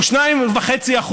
הוא 2.5%,